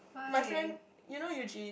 my friend you know Eugene